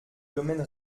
domaine